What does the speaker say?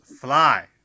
fly